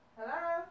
Hello